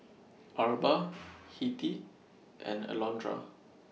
Arba Hettie and Alondra